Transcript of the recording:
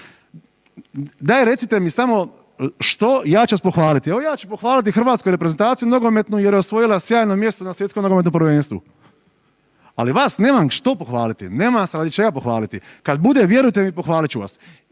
Daj recite mi samo što, ja ću vas pohvaliti. Evo, ja ću pohvaliti hrvatsku reprezentaciju nogometnu jer je osvojila sjajno mjesto na Svjetskom nogometnom prvenstvu. Ali vas nemam što pohvaliti, nemam vas radi čega pohvaliti, kad bude, vjerujte pohvalit ću vas.